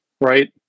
right